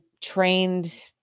trained